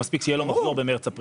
שמספיק שיהיה לו מחזור במרץ-אפריל.